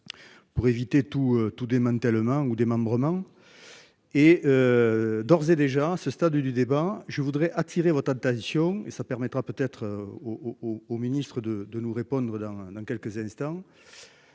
Pour éviter tout tout démantèlement ou démembrement. Et. D'ores et déjà à ce stade du débat. Je voudrais attirer votre attention et ça permettra peut-être au au Ministre de de nous répondre dans dans quelques instants.